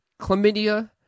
chlamydia